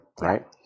right